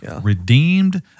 redeemed